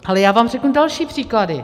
Ale já vám řeknu další příklady.